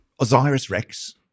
Osiris-Rex